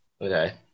Okay